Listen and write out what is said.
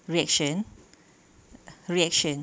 reaction reaction